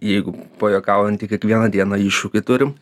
jeigu pajuokaujan tai kiekvieną dieną iššūkį turim